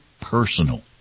personal